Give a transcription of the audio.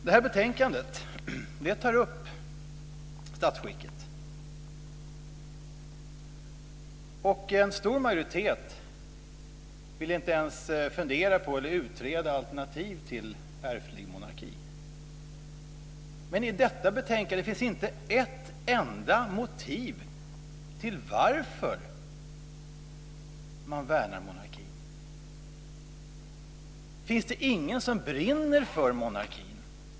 Det här betänkandet tar upp statsskicket. En stor majoritet vill inte ens fundera på eller utreda alternativ till ärftlig monarki. Men det finns i detta betänkandet inte ett enda motiv till varför man värnar monarkin. Finns det ingen som brinner för monarkin?